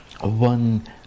one